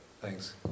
Thanks